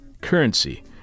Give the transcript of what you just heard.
currency